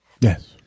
Yes